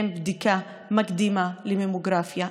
יש צורך לקדם בדיקה מקדימה לממוגרפיה.